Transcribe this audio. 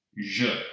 je